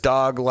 Dog